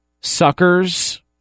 Suckers